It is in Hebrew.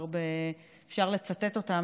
אפשר לצטט אותן,